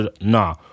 Nah